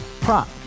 Prop